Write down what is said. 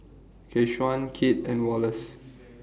Keshaun Kit and Wallace